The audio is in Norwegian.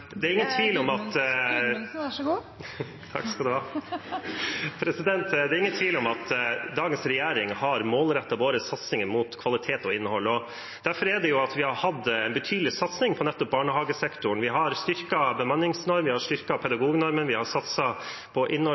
Det er ingen tvil om at dagens regjering har målrettet sine satsinger mot kvalitet og innhold. Derfor har vi hatt en betydelig satsing på nettopp barnehagesektoren. Vi har styrket bemanningsnormen, vi har styrket pedagognormen, vi har satset på